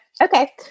Okay